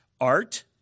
Art